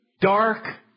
dark